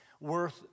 worth